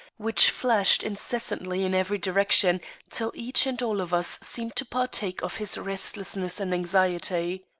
which flashed incessantly in every direction till each and all of us seemed to partake of his restlessness and anxiety.